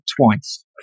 twice